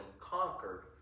conquered